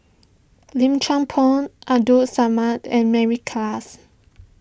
Lim Chuan Poh Abdul Samad and Mary Klass